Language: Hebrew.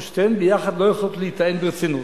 ששתיהן ביחד לא יכולות להיטען ברצינות.